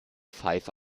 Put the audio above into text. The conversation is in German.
five